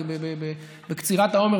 בקצירת האומר,